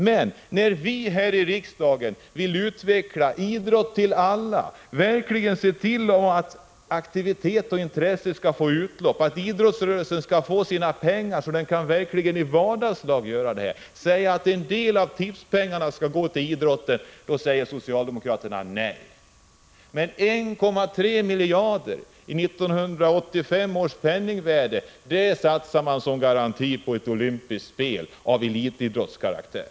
Men när vi här i riksdagen vill utveckla en idrott för alla och se till att aktivitet och intresse skall få utlopp, när vi vill att idrottsrörelsen skall få sina pengar så att den verkligen i vardagslag kan erbjuda detta och säger att en del av tipspengarna skall gå till idrotten, då säger socialdemokraterna nej. Men 1,3 miljarder i 1985 års penningvärde satsar man som garanti för ett olympiskt spel av elitidrottskaraktär.